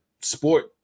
sport